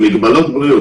אלה מגבלות בריאות.